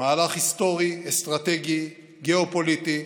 מהלך היסטורי אסטרטגי גיאו-פוליטי,